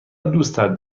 دوستت